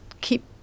keep